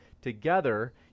together